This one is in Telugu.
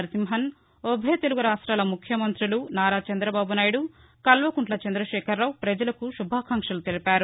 నరసింహన్ ఉభయ తెలుగు రాష్టాల ముఖ్యమంత్రులు నారా చంద్రబాబు నాయుడు కల్వకుంట్ల చంద్రశేఖరరావు ప్రజలకు శుభాకాంక్షలు తెలిపారు